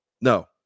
No